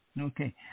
Okay